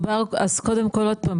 אז קודם כל עוד פעם,